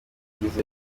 bagize